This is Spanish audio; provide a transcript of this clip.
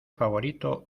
favorito